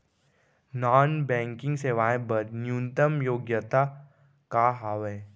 Non banking सेवाएं बर न्यूनतम योग्यता का हावे?